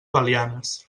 belianes